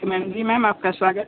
ma'am ji ma'am आपका स्वागत